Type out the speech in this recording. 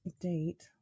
date